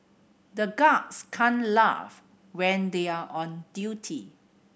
the guards can't laugh when they are on duty